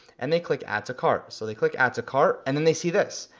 and they click add to cart. so they click add to cart and then they see this,